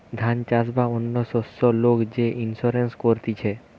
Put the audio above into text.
ধান চাষ বা অন্য শস্যের লোক যে ইন্সুরেন্স করতিছে